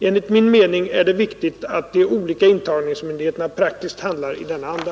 Enligt min mening är det viktigt att de olika intagningsmyndigheterna praktiskt handlar i denna anda.